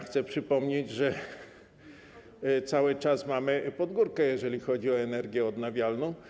Chcę przypomnieć, że cały czas mamy pod górkę, jeżeli chodzi o energię odnawialną.